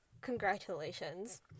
Congratulations